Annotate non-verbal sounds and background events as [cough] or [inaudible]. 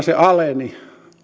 [unintelligible] se aleni